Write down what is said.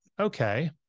okay